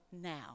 now